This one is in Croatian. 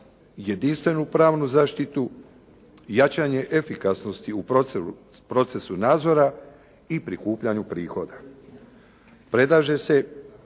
jedinstvenu pravnu zaštitu, jačanje efikasnosti u procesu nadzora i prikupljanju prihoda. Predlaže se